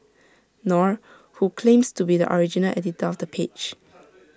nor who claims to be the original editor of the page